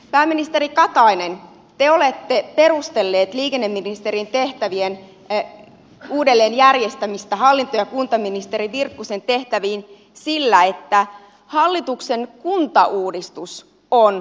pääministeri katainen te olette perustellut liikenneministerin tehtävien uudelleenjärjestämistä hallinto ja kuntaministeri virkkusen tehtäviin sillä että hallituksen kuntauudistus on loppusuoralla